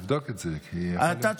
תבדוק את זה, כי, אתה צודק,